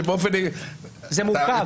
זה מורכב.